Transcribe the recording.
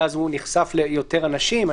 שאז הוא נחשף ליותר אנשים.